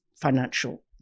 financial